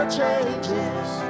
changes